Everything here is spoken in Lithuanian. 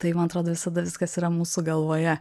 tai man atrodo visada viskas yra mūsų galvoje